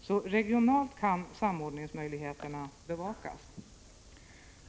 Så regionalt kan samordningsmöjligheterna bevakas.